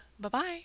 Bye-bye